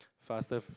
faster